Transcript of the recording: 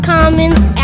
Commons